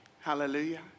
Hallelujah